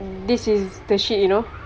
this is the shit you know